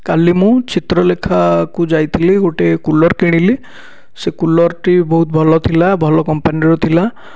କାଲି ମୁଁ ଚିତ୍ରଲେଖାକୁ ଯାଇଥିଲି ଗୋଟିଏ କୁଲର୍ କିଣିଲି ସେ କୁଲର୍ ଟି ବହୁତ ଭଲ ଥିଲା ଭଲ କମ୍ପାନୀର ଥିଲା